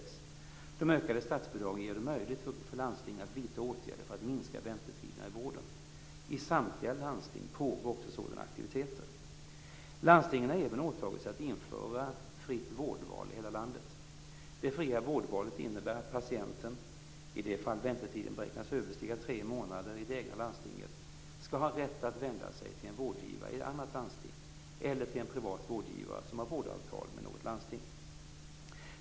De ökade statsbidragen gör det möjligt för landstingen att vidta åtgärder för att minska väntetiderna i vården. I samtliga landsting pågår också sådana aktiviteter. Landstingen har även åtagit sig att införa "Fritt vårdval i hela landet". Det fria vårdvalet innebär att patienten, i de fall väntetiden beräknas överstiga tre månader i det egna landstinget, skall ha rätt att vända sig till en vårdgivare i annat landsting eller till en privat vårdgivare som har vårdavtal med något landsting.